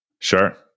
sure